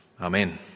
Amen